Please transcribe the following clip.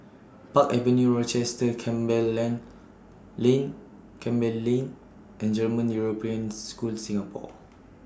Park Avenue Rochester Campbell Lane Campbell Lane and German European School Singapore